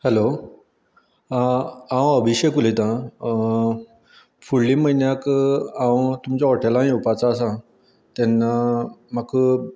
hello हांव अभिशेक उलयतां फुडल्या म्हयन्यांत हांव तुमच्या हॉटेलांत येवपाचो आसा तेन्ना म्हाका